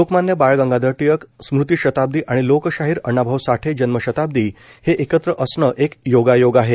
लोकमान्य बाळ गंगाधर टिळक स्मृतीशताब्दी आणि लोकशाहीर अण्णाभाऊ साठे जन्मशताब्दी हे एकत्र असण एक योगायोग आहे